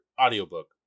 audiobook